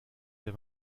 the